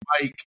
Mike